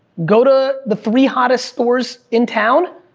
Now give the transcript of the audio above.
go to the three hottest stores in town,